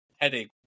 headache